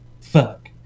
fuck